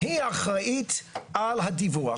היא אחראית על הדיווח.